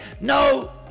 No